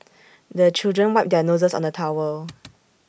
the children wipe their noses on the towel